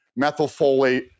methylfolate